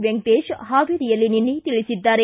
ವೆಂಕಟೇಶ್ ಹಾವೇರಿಯಲ್ಲಿ ನಿನ್ನೆ ಹೇಳಿದ್ದಾರೆ